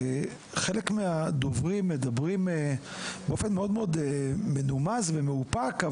חלק מהדוברים מדברים באופן מאוד-מאוד מנומס ומאופק,